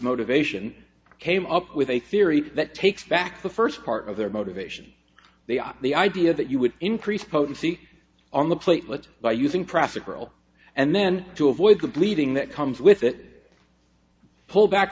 motivation came up with a theory that takes back the first part of their motivation they are the idea that you would increase potency on the platelets by using profit for oil and then to avoid the bleeding that comes with it pull back